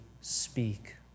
speak